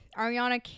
Ariana